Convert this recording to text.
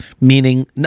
meaning